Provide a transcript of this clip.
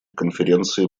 конференции